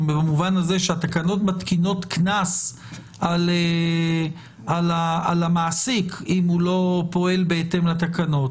במובן הזה שהתקנות מתקינות קנס על המעסיק אם הוא לא פועל בהתאם לתקנות.